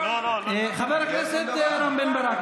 חבר הכנסת רם בן ברק,